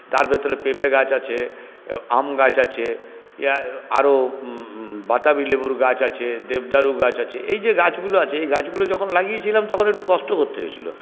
তার ভেতরে পেঁপে গাছ আছে আম গাছ আছে আরও বাতাবি লেবুর গাছ আছে দেবদারু গাছ আছে এই যে গাছগুলো আছে এই গাছগুলো যখন লাগিয়েছিলাম তখন একটু কষ্ট করতে হয়েছিলো